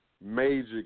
major